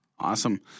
Awesome